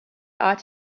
ought